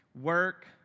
Work